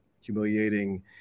humiliating